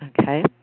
okay